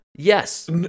Yes